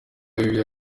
bibiliya